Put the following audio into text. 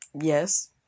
Yes